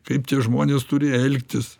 kaip tie žmonės turi elgtis